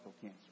cancer